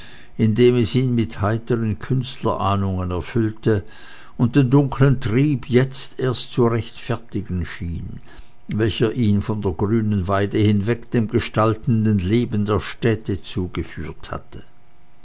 indem es ihn mit heitern künstlerahnungen erfüllte und den dunklen trieb jetzt erst zu rechtfertigen schien welcher ihm von der grünen weide hinweg dem gestaltenden leben der städte zugeführt hatte